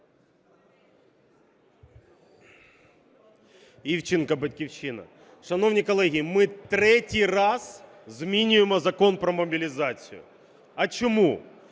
Івченко, "Батьківщина". Шановні колеги, ми третій раз змінюємо Закон про мобілізацію. А чому?